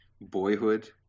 Boyhood